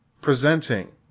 presenting